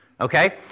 Okay